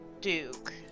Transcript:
duke